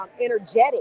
energetic